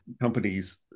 companies